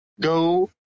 go